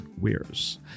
wears